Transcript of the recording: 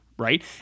right